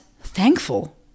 thankful